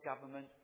government